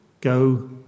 go